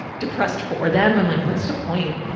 depressed for them. i'm like, what's the point?